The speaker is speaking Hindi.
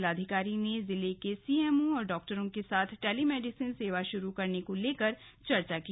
जिलाधिकारी ने जिले के सीएमओ और डाक्टरों के साथ टेलीमेडिसिन सेवा शुरू करने को लेकर गहनता से चर्चा की